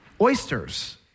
Oysters